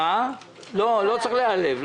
לא צריך להיעלב.